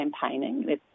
campaigning